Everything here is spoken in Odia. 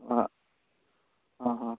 ହଁ ହଁ ହଁ